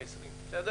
איכסל,